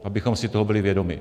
Abychom si toho byli vědomi.